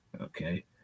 okay